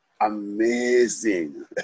amazing